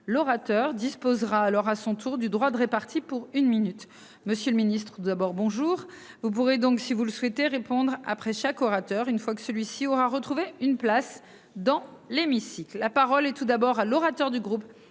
L'orateur disposera alors à son tour du droit d'répartis pour une minute. Monsieur le Ministre, d'abord bonjour. Vous pourrez donc si vous le souhaitez répondre après chaque orateur, une fois que celui-ci aura retrouvé une place dans l'hémicycle la parole et tout d'abord à l'orateur du groupe,